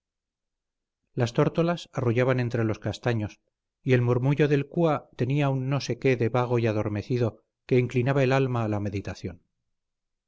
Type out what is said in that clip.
las tórtolas arrullaban entre los castaños y el murmullo del cúa tenía un no sé qué de vago y adormecido que inclinaba el alma a la meditación